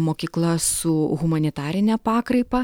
mokykla su humanitarine pakraipa